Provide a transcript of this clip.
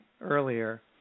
earlier